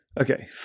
Okay